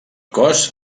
cos